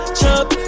chop